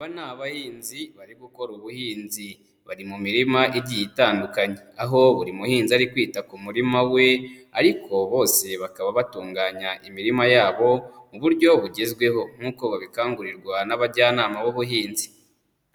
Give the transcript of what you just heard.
Aba ni abahinzi bari gukora ubuhinzi bari mu mirima igiye itandukanye, aho buri muhinzi ari kwita ku murima we ariko bose bakaba batunganya imirima yabo mu buryo bugezweho nk'uko babikangurirwa n'abajyanama b'ubuhinzi.